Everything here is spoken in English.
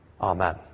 Amen